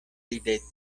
ridetis